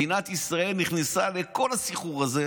מדינת ישראל נכנסה לכל הסחרור הזה,